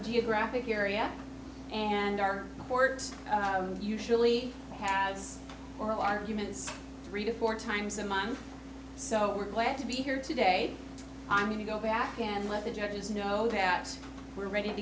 geographic area and our courts usually pads oral arguments three to four times a month so we're glad to be here today i mean to go back and let the judges know that we're ready to